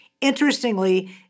Interestingly